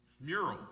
mural